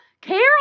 Carol